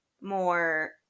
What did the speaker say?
more